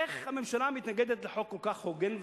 איך הממשלה מתנגדת לחוק כל כך הוגן וצודק?